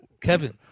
Kevin